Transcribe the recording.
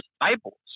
Disciples